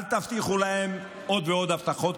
אל תבטיחו להם עוד ועוד הבטחות,